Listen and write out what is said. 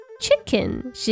Chicken